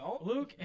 Luke